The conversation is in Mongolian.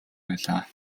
байлаа